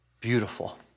beautiful